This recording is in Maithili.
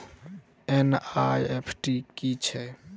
एन.ई.एफ.टी की छीयै?